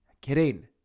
Kidding